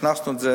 הכנסנו את זה